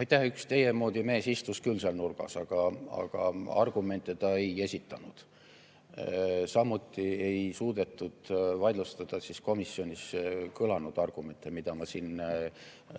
Aitäh! Üks teie moodi mees istus küll seal nurgas, aga argumente ta ei esitanud. Samuti ei suudetud vaidlustada komisjonis kõlanud argumente, mida ma siin